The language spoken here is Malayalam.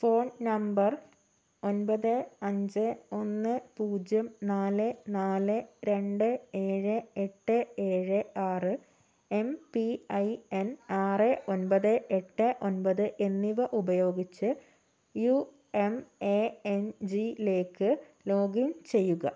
ഫോൺ നമ്പർ ഒൻപത് അഞ്ച് ഒന്ന് പൂജ്യം നാല് നാല് രണ്ട് ഏഴ് എട്ട് ഏഴ് ആറ് എം പി ഐ എൻ ആറ് ഒൻപത് എട്ട് ഒൻപത് എന്നിവ ഉപയോഗിച്ച് യു എം എ എൻ ജിയിലേക്ക് ലോഗിൻ ചെയ്യുക